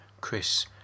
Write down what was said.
Chris